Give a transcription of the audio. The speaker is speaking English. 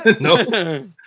No